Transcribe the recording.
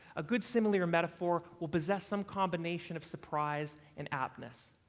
a good simile or metaphor will possess some combination of surprise and aptness,